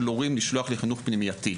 הורים לשלוח את הילדים לחינוך פנימייתי.